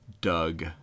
Doug